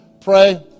pray